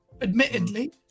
admittedly